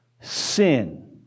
Sin